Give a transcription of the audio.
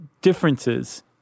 differences